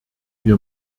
wir